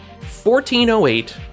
1408